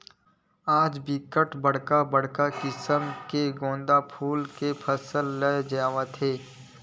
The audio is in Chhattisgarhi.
आज बिकट बड़का बड़का किसम के गोंदा फूल के फसल ले जावत हे